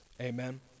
Amen